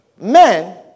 men